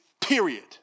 period